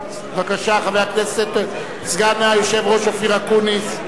בבקשה, חבר הכנסת סגן היושב-ראש אופיר אקוניס.